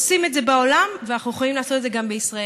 עושים את זה בעולם ואנחנו יכולים לעשות את זה גם בישראל.